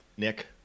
Nick